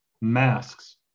masks